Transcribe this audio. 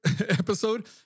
episode